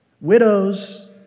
Widows